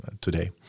today